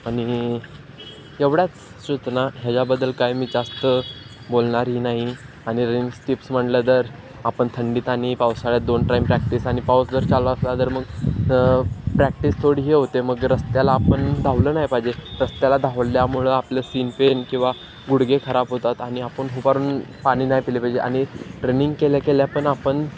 आणि एवढाच सूचना ह्याच्याबद्दल काय मी जास्त बोलणारही नाही आणि रनिंग स्टिप्स म्हणलं तर आपण थंडीत आणि पावसाळ्यात दोन टाईम प्रॅक्टिस आणि पाऊस जर चालू असला तर मग प्रॅक्टिस थोडी हे होते मग रस्त्याला आपण धावलं नाही पाहिजे रस्त्याला धावल्यामुळं आपलं सीन पेन किंवा गुडघे खराब होतात आणि आपण उभारून पाणी नाही प्यायले पाहिजे आणि रनिंग केल्या केल्या पण आपण